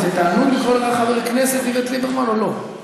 אם זה תענוג לקרוא לך חבר כנסת איווט ליברמן או לא,